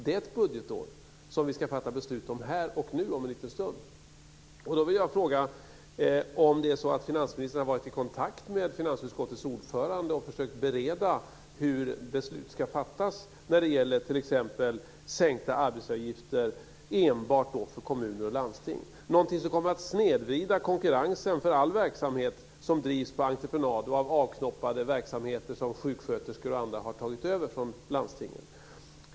Det budgetåret ska vi fatta beslut om här och nu om en liten stund. Då vill jag fråga om det är så att finansministern har varit i kontakt med finansutskottets ordförande och försökt bereda hur beslut ska fattas när det gäller t.ex. sänkta arbetsgivaravgifter enbart för kommuner och landsting. Det är någonting som kommer att snedvrida konkurrensen för all verksamhet som drivs på entreprenad och för avknoppade verksamheter som sjuksköterskor och andra har tagit över från landstingen.